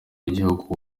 w’igihugu